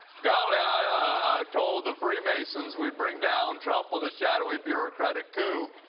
golly, i told the freemasons we'd bring down trump with a shadowy bureaucratic coup,